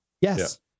Yes